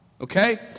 Okay